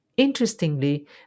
Interestingly